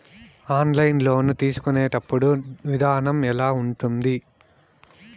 online loan తీసుకునేటప్పుడు విధానం ఎలా ఉంటుంది